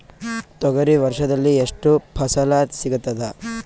ತೊಗರಿ ವರ್ಷದಲ್ಲಿ ಎಷ್ಟು ಫಸಲ ಸಿಗತದ?